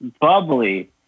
bubbly